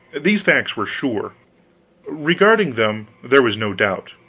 these facts were sure regarding them there was no doubt,